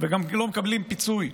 וגם לא מקבלים פיצוי.